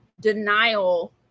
denial